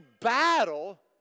battle